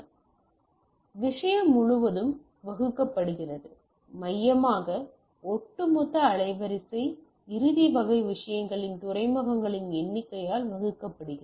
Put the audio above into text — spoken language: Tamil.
எனவே விஷயம் முழுவதும் வகுக்கப்படுகிறது மையமாக ஒட்டுமொத்த அலைவரிசை இறுதி வகை விஷயங்களின் துறைமுகங்களின் எண்ணிக்கையால் வகுக்கப்படுகிறது